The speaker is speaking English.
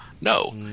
No